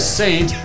saint